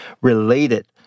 related